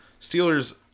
Steelers